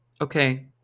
Okay